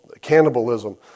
cannibalism